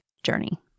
journey